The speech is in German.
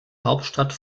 hauptstadt